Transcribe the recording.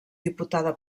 diputada